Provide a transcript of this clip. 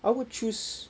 I would choose